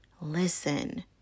listen